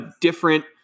different